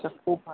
আচ্ছা খুব ভালো